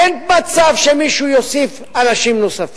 אין מצב שמישהו יוסיף אנשים.